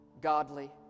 godly